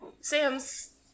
Sam's